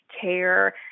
care